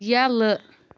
یلہٕ